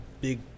big